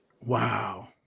Wow